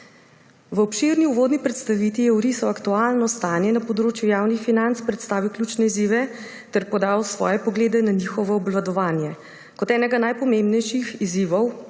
V obširni uvodni predstavitvi je orisal aktualno stanje na področju javnih financ, predstavil ključne izzive ter podal svoje poglede na njihovo obvladovanje. Kot enega najpomembnejših izzivov